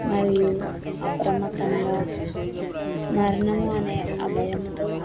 మరియు అప్రమత్తంగా మరణము అనే అభయముతో